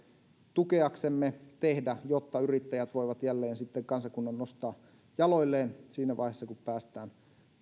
tukeaksemme tehdä jotta yrittäjät voivat jälleen sitten kansakunnan nostaa jaloilleen siinä vaiheessa kun päästään